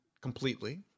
completely